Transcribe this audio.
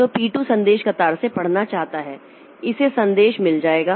तो पी 2 संदेश कतार से पढ़ना चाहता है इसे संदेश मिल जाएगा